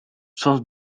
zoals